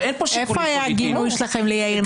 ואין פה --- איפה היה הגינוי שלכם ליאיר נתניהו?